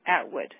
Atwood